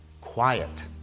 quiet